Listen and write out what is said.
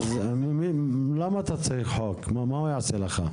אז למה אתה צריך חוק, מה הוא יעשה לך?